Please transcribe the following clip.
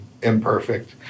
imperfect